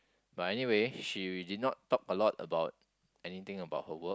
but anyway she did not talk a lot about anything about her work